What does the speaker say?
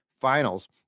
finals